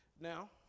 Now